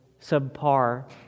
subpar